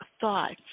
thoughts